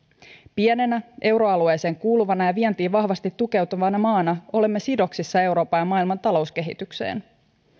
pienenä euroalueeseen kuuluvana ja vientiin vahvasti tukeutuvana maana olemme sidoksissa euroopan ja maailman talouskehitykseen